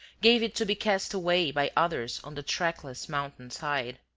gave it to be cast away by others on the trackless mountain side.